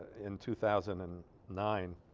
in two thousand and nine